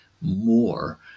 more